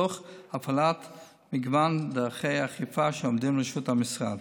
תוך הפעלת מגוון דרכי אכיפה שעומדות לרשות המשרד.